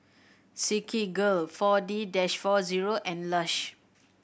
Silkygirl Four D that four zero and Lush